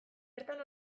bertan